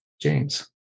James